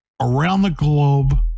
around-the-globe